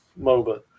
MOBA